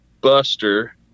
Buster